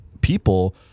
people